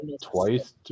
twice